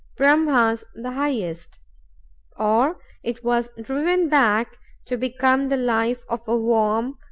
brahma's the highest or it was driven back to become the life of a worm,